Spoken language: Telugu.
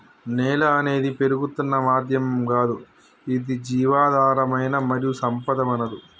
నేల అనేది పెరుగుతున్న మాధ్యమం గాదు ఇది జీవధారమైన మరియు సంపద వనరు